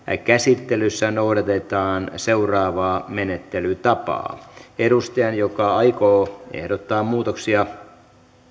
käsittelyssä noudatetaan seuraavaa menettelytapaa edustajan joka aikoo ehdottaa muutoksia